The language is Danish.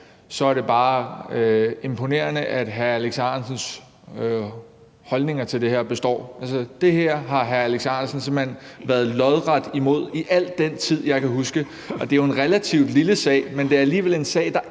går, er det bare imponerende, at hr. Alex Ahrendtsens holdninger til det her består. Altså, det her har hr. Alex Ahrendtsen simpelt hen været lodret imod i al den tid, jeg kan huske. Det er jo en relativt lille sag, men det er alligevel en sag, der